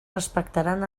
respectaran